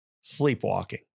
sleepwalking